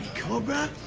cobra.